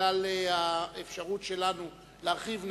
בגלל האפשרות שלנו להרחיב,